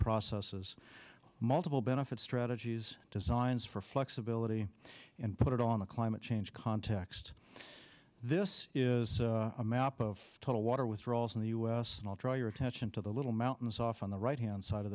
processes multiple benefits strategies designs for flexibility and put it on the climate change context this is a map of total water withdrawals in the u s and i'll draw your attention to the little mountains off on the right hand side of